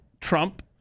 Trump